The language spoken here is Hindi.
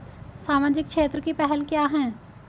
सामाजिक क्षेत्र की पहल क्या हैं?